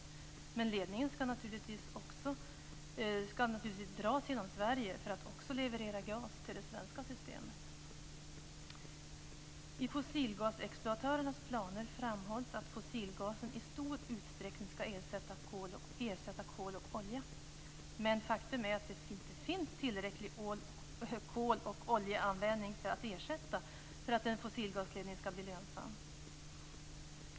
Men ledningen skall naturligtvis dras genom Sverige för att också leverera gas till det svenska systemet. I fossilgasexploatörernas planer framhålls att fossilgasen i stor utsträckning skall ersätta kol och olja. Men faktum är att det inte finns tillräcklig kol och oljeanvändning att ersätta för att en fossilgasledning skall bli lönsam.